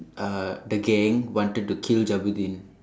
uh the gang wanted to kill Jabudeen